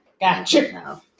Gotcha